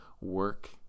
work